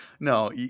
No